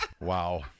Wow